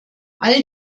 all